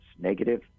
negative